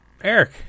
Eric